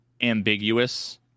ambiguous